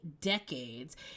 decades